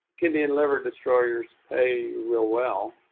kidney and liver destroyers pay real well